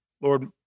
Lord